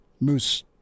moose